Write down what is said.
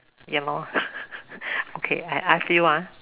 ya lor okay I ask you ah